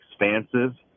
expansive